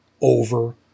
over